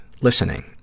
Listening